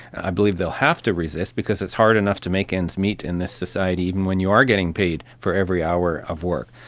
i believe they will have to resist because it's hard enough to make ends meet in this society, even when you are getting paid for every hour of work.